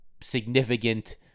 significant